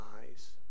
eyes